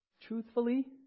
truthfully